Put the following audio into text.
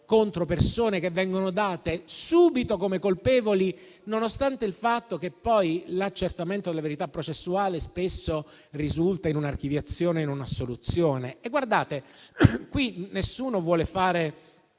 contro persone che vengono date subito come colpevoli, nonostante poi l'accertamento della verità processuale spesso risulti poi in un'archiviazione o in un'assoluzione. Qui nessuno vuole fare